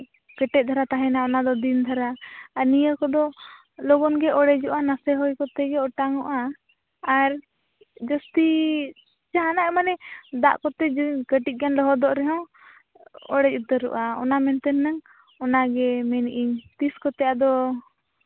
ᱠᱮᱴᱮᱡ ᱫᱷᱟᱨᱟ ᱛᱟᱦᱮᱱᱟ ᱚᱱᱟᱫᱚ ᱫᱤᱱ ᱫᱷᱟᱨᱟ ᱟᱨ ᱱᱤᱭᱟᱹ ᱠᱚᱫᱚ ᱞᱚᱜᱚᱱ ᱜᱮ ᱚᱲᱮᱡᱚᱜᱼᱟ ᱱᱟᱥᱮ ᱦᱚᱭ ᱠᱚᱛᱮᱜᱮ ᱚᱴᱟᱝ ᱚᱜᱼᱟ ᱟᱨ ᱡᱟᱹᱥᱛᱤ ᱡᱟᱦᱟᱱᱟᱜ ᱢᱟᱱᱮ ᱫᱟᱜ ᱠᱚᱛᱮ ᱠᱟᱹᱴᱤᱡ ᱜᱟᱱ ᱞᱚᱦᱚᱫᱚᱜ ᱨᱮᱦᱚᱸ ᱚᱲᱮᱡ ᱩᱛᱟᱹᱨᱚᱜᱼᱟ ᱚᱱᱟ ᱢᱮᱱᱛᱮ ᱦᱩᱱᱟᱹᱝ ᱚᱱᱟᱜᱮ ᱢᱮᱱᱮᱫ ᱟᱹᱧ ᱛᱤᱥ ᱠᱚᱛᱮ ᱟᱫᱚ